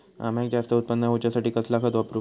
अम्याचा जास्त उत्पन्न होवचासाठी कसला खत वापरू?